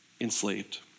enslaved